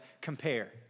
compare